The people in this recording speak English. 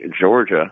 Georgia